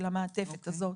של המעטפת הזאת.